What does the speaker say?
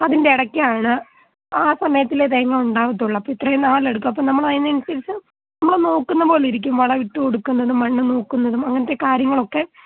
അതിൻ്റെടക്കാണ് ആ സമയത്തിലെ തേങ്ങ ഉണ്ടാകത്തുള്ളൂ അപ്പോൾ ഇത്രയും നാളെടുക്കും അപ്പോൾ നമ്മളതിനനുസരിച്ച് നമ്മൾ നോക്കുന്ന പോലെയിരിക്കും വളം ഇട്ടുകൊടുക്കുന്നതും മണ്ണ് നോക്കുന്നതും അങ്ങനത്തെ കാര്യങ്ങളൊക്കെ